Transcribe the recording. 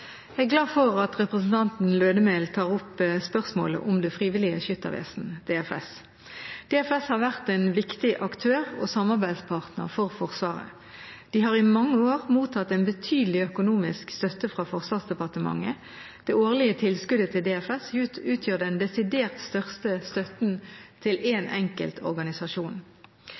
Jeg er glad for at representanten Lødemel tar opp spørsmålet om Det frivillige Skyttervesen, DFS. DFS har vært en viktig aktør og samarbeidspartner for Forsvaret. De har i mange år mottatt en betydelig økonomisk støtte fra Forsvarsdepartementet. Det årlige tilskuddet til DFS utgjør den desidert største støtten til én enkelt organisasjon.